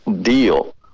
deal